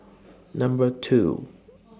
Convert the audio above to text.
Number two